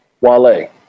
Wale